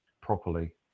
properly